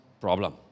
problem